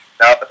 Now